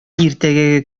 иртәгәге